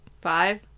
Five